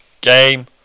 game